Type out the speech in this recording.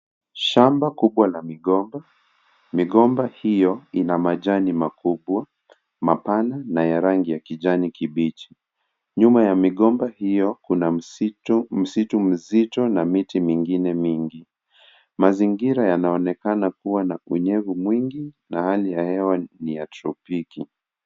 Shamba kubwa la migomba. Migomba hio ina majani makubwa mapana na ya rangi ya kijani kibichi. Nyuma ya migomba hio kuna msitu mzito na miti mingine mingi. Mazingira yanaonekana kuwa na unyevu mwingi na hali ya hewa ni ya tropiki.